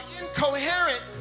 incoherent